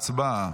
הצבעה.